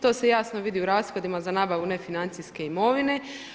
To se jasno vidi u rashodima za nabavu nefinancijske imovine.